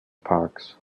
parks